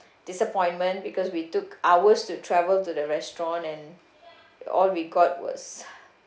disappointment because we took hours to travel to the restaurant and all we got was